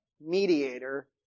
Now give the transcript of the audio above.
mediator